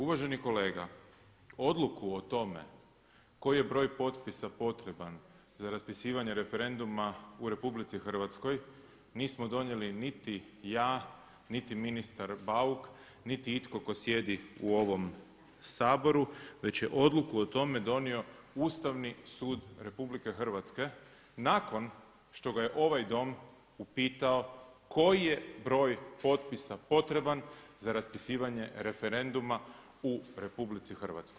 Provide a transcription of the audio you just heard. Uvaženi kolega, odluku o tome koji je broj potpisa potreban za raspisivanje referenduma u RH nismo donijeli niti ja, niti ministar Bauk, niti itko tko sjedi u ovom Saboru već je odluku o tome donio Ustavni sud RH nakon što ga je ovaj Dom upitao koji je broj potpisa potreban za raspisivanje referenduma u RH.